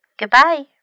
goodbye